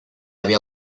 había